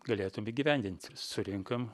galėtum įgyvendint surenkam